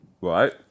Right